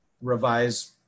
revise